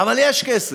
אבל יש כסף.